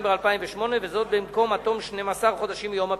בדצמבר 2008, במקום עד תום 12 חודשים מיום הפינוי.